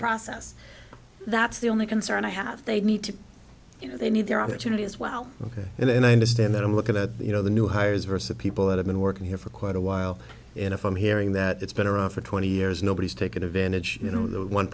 process that's the only concern i have they need to you know they need their opportunity as well ok and i understand that and look at you know the new hires versa people that have been working here for quite a while and if i'm hearing that it's been around for twenty years nobody's taken advantage you know that one